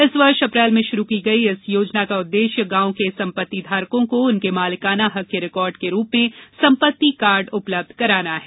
इस वर्ष अप्रैल में शुरू की गई इस योजना का उद्देश्य गांवों के संपत्तिधारकों को उनके मालिकाना हक के रिकॉर्ड के रूप में संपत्ति कार्ड उपलब्ध कराना है